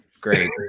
great